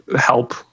help